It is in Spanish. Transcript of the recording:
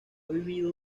vivido